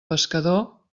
pescador